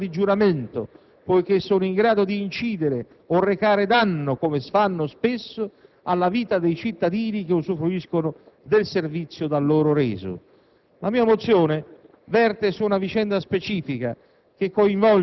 anche gli operatori dei trasporti dovrebbero prestare una sorta di giuramento, poiché sono in grado di incidere o recare danno, come fanno spesso, alla vita dei cittadini che usufruiscono del servizio da loro reso.